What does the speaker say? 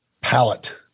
palette